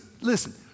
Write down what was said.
listen